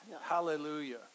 Hallelujah